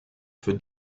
for